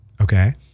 Okay